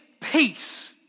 peace